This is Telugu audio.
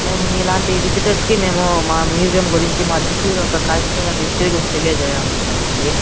మేము మీలాంటి విజిటర్స్కి మేము మా మ్యూజియం గురించి మా చిత్తూరు యొక్క కల్చర్ అండ్ హిస్టరీ గురించి తెలియజేయ అనుకుంటున్నామండీ